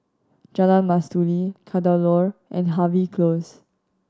Jalan Mastuli Kadaloor and Harvey Close